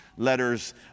letters